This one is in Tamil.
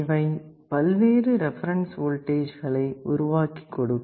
இவை பல்வேறு ரெபரன்ஸ் வோல்டேஜ்களை உருவாக்கிக் கொடுக்கும்